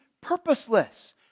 purposeless